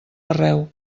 arreu